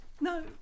No